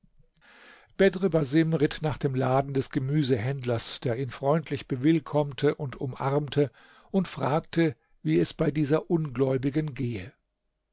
basim ritt nach dem laden des gemüsehändlers der ihn freundlich bewillkommte und umarmte und fragte wie es bei dieser ungläubigen gehe